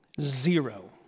Zero